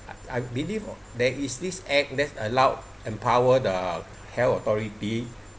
I believe there is this act that allowed empower uh health authority